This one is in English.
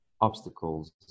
obstacles